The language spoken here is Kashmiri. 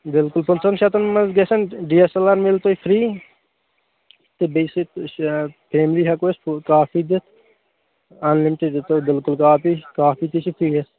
بلکُل پٕنٛژٕہَن شَتن منٛز گژھیٚن ڈی ایس ایل آر میٚلان تۄہہِ فرٛی تہٕ بیٚیہِ سُہ یہِ فیملی ہیٚکو أسۍ فُل کافی دِتھ انہٕ تہِ دِمو بِلکُل کافی کافی تہِ چھُ تُلِتھ